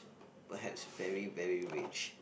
perhaps very very rich